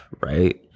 right